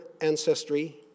ancestry